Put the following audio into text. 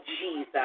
Jesus